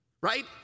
right